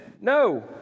no